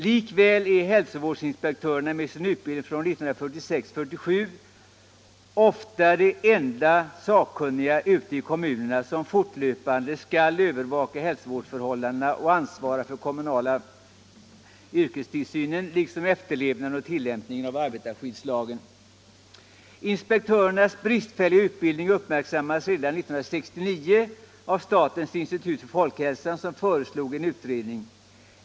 Likväl är hälsovårdsinspektörerna med sin utbildning enligt ordningen från 1946-1947 ofta de enda sakkunniga ute i kommunerna, som fortlöpande skall övervaka hälsovårdsförhållandena och ansvara för den kommunala yrkestillsynen liksom efterlevnaden och tillämpningen av arbetarskyddslagen. Inspektörernas bristfälliga utbildning uppmärksammades redan 1969 av statens institut för folkhälsan, som föreslog en utredning.